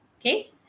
Okay